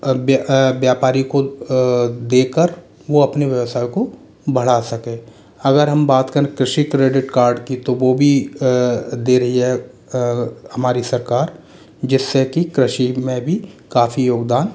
व्यापारी को देख कर वो अपनी व्यवसायों को बढ़ा सके अगर हम बात करें कृषि क्रेडिट कार्ड की तो वो भी दे रही है हमारी सरकार जिससे की कृषि में भी काफ़ी योगदान